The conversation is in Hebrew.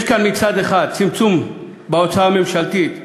יש כאן מצד אחד צמצום בהוצאה הממשלתית,